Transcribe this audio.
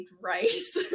rice